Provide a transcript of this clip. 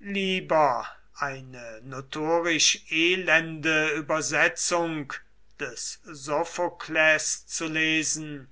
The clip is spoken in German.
lieber eine notorisch elende übersetzung des sophokles zu lesen